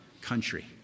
country